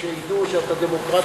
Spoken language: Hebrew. שידעו שאתה דמוקרט